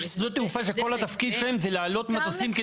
יש שדה תעופה שכל התפקיד שלהם זה לעלות מטוסים,